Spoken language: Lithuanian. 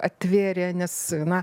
atvėrė nes na